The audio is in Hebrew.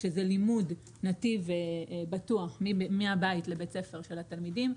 שזה לימוד נתיב בטוח מהבית לבית הספר של התלמידים.